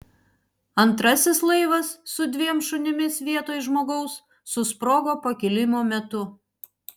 antrasis laivas su dviem šunimis vietoj žmogaus susprogo pakilimo metu